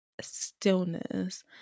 stillness